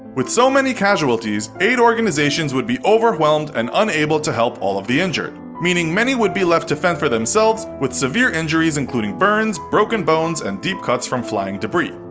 with so many casualties, aid organizations would be overwhelmed and unable to help all of the injured. meaning many would be left to fend for themselves with severe injuries including burns, broken bones, and deep cuts from flying debris.